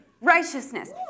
righteousness